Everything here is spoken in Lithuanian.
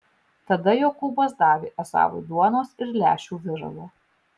tada jokūbas davė ezavui duonos ir lęšių viralo